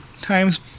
times